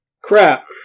Crap